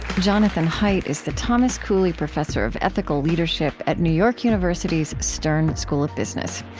jonathan haidt is the thomas cooley professor of ethical leadership at new york university's stern school of business.